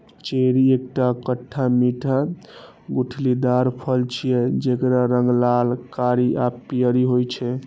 cherry एकटा खट्टा मीठा गुठलीदार फल छियै, जेकर रंग लाल, कारी आ पीयर होइ छै